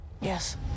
Yes